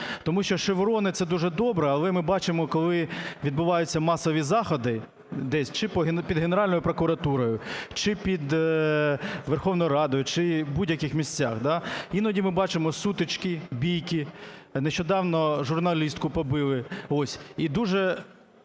Тому що шеврони – це дуже добре, але ми бачимо, коли відбуваються масові заходи десь, чи під Генеральною прокуратурою, чи під Верховною Радою, чи будь-який місцях, да, іноді ми бачимо сутички, бійки. Нещодавно журналістку побили,